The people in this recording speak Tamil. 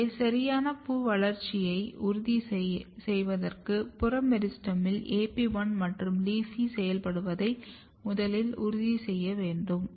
எனவே சரியான பூ வளர்ச்சியை உறுதி செய்வதற்காக புற மெரிஸ்டெமில் AP1 மற்றும் LEAFY செயல்படுத்துவதை முதலில் உறுதி செய்ய வேண்டும்